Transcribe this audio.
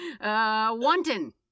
Wanton